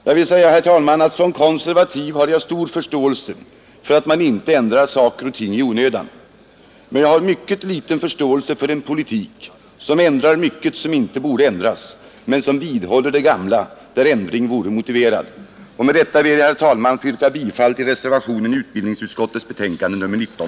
Som konservativ, herr talman, har jag stor förståelse för att man inte ändrar saker och ting i onödan, men jag har mycket liten förståelse för en politik, som ändrar mycket som inte borde ändras men vidhåller det gamla där ändring vore motiverad. Med detta ber jag, herr talman, att få yrka bifall till reservationen vid utbildningsutskottets betänkande nr 19.